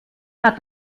hat